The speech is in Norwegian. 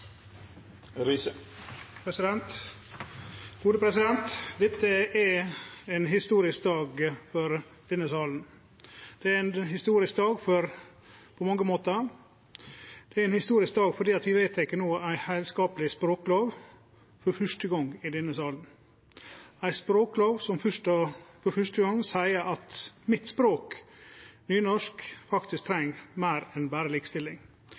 ein historisk dag på mange måtar. Det er ein historisk dag fordi vi no vedtek ei heilskapleg språklov for første gong i denne salen – ei språklov som for første gong seier at mitt språk, nynorsk, faktisk treng meir enn berre